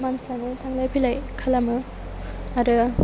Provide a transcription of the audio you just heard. मानसियानो थांलाय फैलाय खालामो आरो